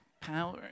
Power